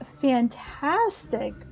fantastic